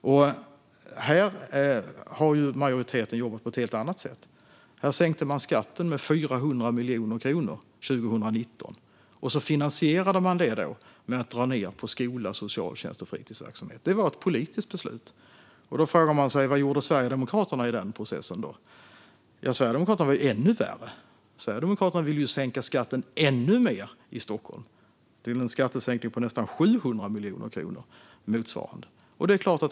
I Stockholm har majoriteten jobbat på ett helt annat sätt. Man sänkte skatten med 400 miljoner kronor 2019, och det finansierade man genom att dra ned på skola, fritidsverksamhet och socialtjänst. Det var ett politiskt beslut. Vad gjorde Sverigedemokraterna i denna process? Jo, de var ännu värre. De ville sänka skatten i Stockholm ännu mer, med nästan 700 miljoner.